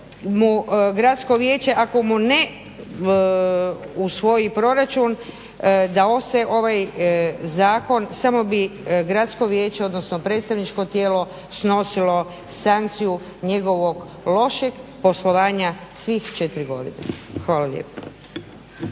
ako mu ne usvoji proračun da ostaje ovaj zakon samo bi gradsko vijeće odnosno predstavničko tijelo snosilo sankciju njegovog poslovanja svih 4 godine. Hvala lijepa.